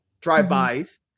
drive-bys